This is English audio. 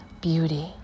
beauty